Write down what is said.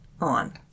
on